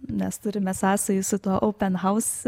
nes turime sąsajų su tuo open house